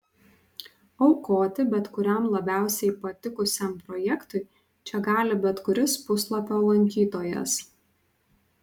aukoti bet kuriam labiausiai patikusiam projektui čia gali bet kuris puslapio lankytojas